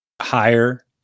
higher